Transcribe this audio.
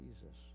Jesus